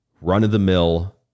run-of-the-mill